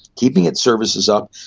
keeping its services up,